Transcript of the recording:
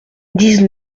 dix